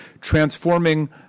transforming